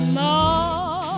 more